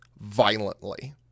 violently